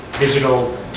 digital